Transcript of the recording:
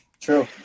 true